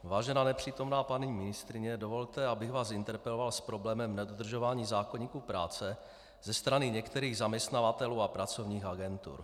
Vážená nepřítomná paní ministryně, dovolte, abych vás interpeloval s problémem nedodržování zákoníku práce ze strany některých zaměstnavatelů a pracovních agentur.